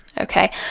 Okay